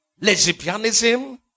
lesbianism